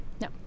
No